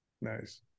Nice